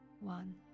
one